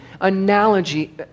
analogy